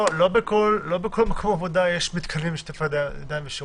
לא בכל מקום עבודה יש מתקנים לשטיפת ידיים ושירותים.